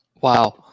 Wow